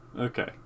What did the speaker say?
Okay